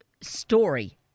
story